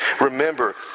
Remember